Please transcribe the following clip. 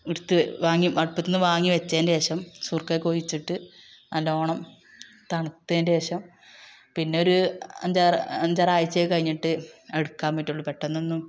എടുത്ത് വാങ്ങി വട്ടത്തിന്ന് വാങ്ങി വച്ചതിൻ്റെ ശേഷം സുർക്ക ഒക്കെ ഒഴിച്ചിട്ട് നല്ലോണം തണുത്തതിൻ്റെ ശേഷം പിന്നെ ഒരു അഞ്ചാറ് അഞ്ചാറ് ആഴ്ച ഒക്കെ കഴിഞ്ഞിട്ട് എടുക്കാൻ പറ്റുള്ളു പെട്ടന്നൊന്നും